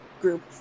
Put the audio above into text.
group